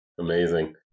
Amazing